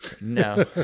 No